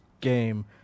game